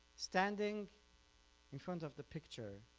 standing in front of the picture